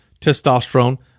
testosterone